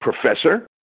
professor